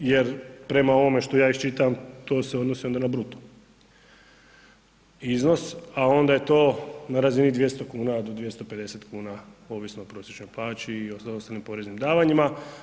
Jer prema ovome što ja iščitavam to se odnosi onda na bruto iznos, a onda je to na razini 200 kuna do 250 kuna ovisno o prosječnoj plaći i ostalim poreznim davanjima.